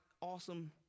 awesome